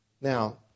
Now